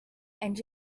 and